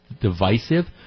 divisive